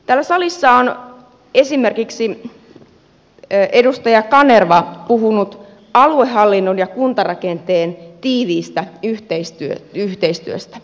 täällä salissa on esimerkiksi edustaja kanerva puhunut aluehallinnon ja kuntarakenteen tiiviistä yhteistyöstä